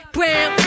Brown